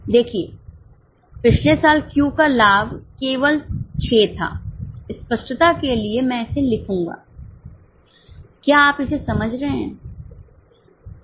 देखिए पिछले साल Q का लाभ केवल 6 था स्पष्टता के लिए मैं इसे लिखूंगा क्या आप इसे समझ रहे हैं